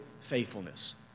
faithfulness